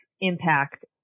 impact